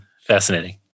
fascinating